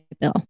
bill